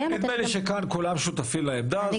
כולנו שותפים לעמדה הזו,